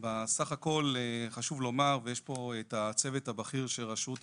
בסך הכול חשוב לומר ויש פה את הצוות הבכיר של רשות האוכלוסין,